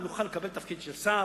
נוכל לקבל תפקיד של שר,